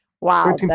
wow